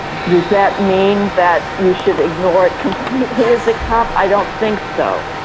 does that mean that you should ignore it completely as a cop? i don't think so.